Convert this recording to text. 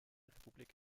republik